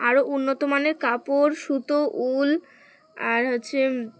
আরও উন্নত মানের কাপড় সুতো উল আর হচ্ছে